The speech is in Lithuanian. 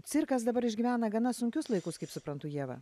cirkas dabar išgyvena gana sunkius laikus kaip suprantu ieva